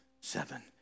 seven